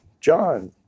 John